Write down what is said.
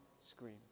scream